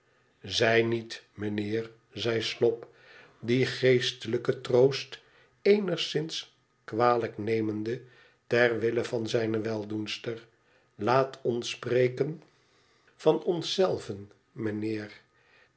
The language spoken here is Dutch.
zij niet mijnheer zei slop dien geestelijken troost eenigszins kwalijk nemende ter wille van zijne weldoenster ilaat ons spreken van ons zelven mijnheer